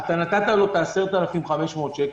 נתת לו את ה-10,500 שקל.